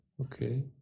okay